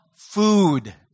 food